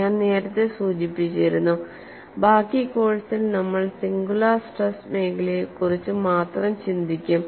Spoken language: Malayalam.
ഞാൻ നേരത്തെ സൂചിപ്പിച്ചിരുന്നു ബാക്കി കോഴ്സിൽ നമ്മൾ സിംഗുലാർ സ്ട്രെസ് മേഖലയെക്കുറിച്ച് മാത്രം ചിന്തിക്കും